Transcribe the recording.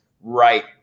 right